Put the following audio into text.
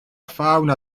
fauna